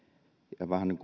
vähän niin